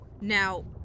Now